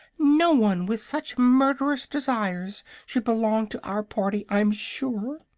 no one with such murderous desires should belong to our party, i'm sure.